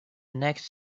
next